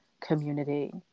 community